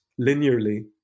linearly